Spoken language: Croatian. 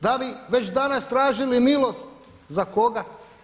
Da li već danas tražili milost, za koga?